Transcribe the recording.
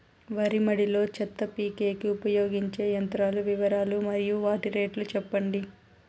వరి మడి లో చెత్త పీకేకి ఉపయోగించే యంత్రాల వివరాలు మరియు వాటి రేట్లు చెప్పండి?